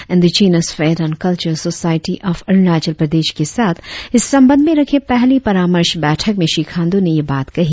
indigenous faith and culture society of Arunachal Pradesh के साथ इस संबंद्ध में रखे पहली परामर्श बैठक में श्री खांड् ने यह बात कही